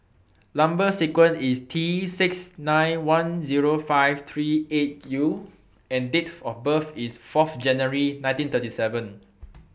Number sequence IS Tsixty nine lakh ten thousand five hundred and thirty eight U and Date of birth IS four January one thousand nine hundred and thirty seven